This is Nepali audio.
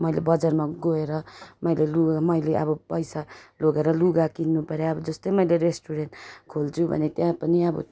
मैले बजारमा गएर मैले लु मैले अब पैसा लगेर लुगा किन्नु पऱ्यो अब जस्तै मैले रेस्टुरेन्ट खोल्छु भने त्यहाँ पनि अब